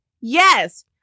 yes